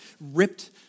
ripped